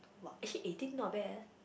!wah! actually eighteen not bad eh